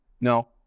No